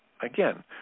again